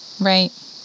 Right